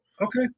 okay